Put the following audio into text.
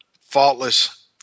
faultless